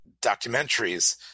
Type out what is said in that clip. documentaries